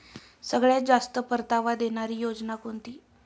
सगळ्यात जास्त परतावा देणारी योजना कोणती?